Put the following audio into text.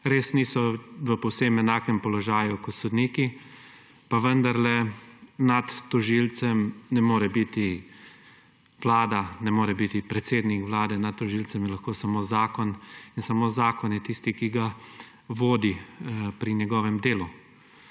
Res niso v povsem enakem položaju kot sodniki, pa vendarle nad tožilcem ne more biti Vlada, ne more biti predsednik Vlade; nad tožilcem je lahko samo zakon in samo zakon je tisti, ki ga vodi pri njegovem delu.